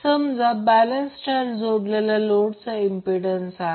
समजा balance star जोडलेला लोडचा इंम्प्पिडन्स आहे